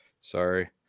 Sorry